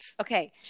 Okay